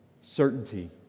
certainty